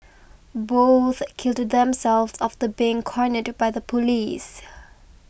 both killed themselves after being cornered by the police